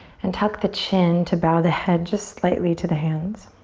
and tuck the chin to bow the head just slightly to the hands.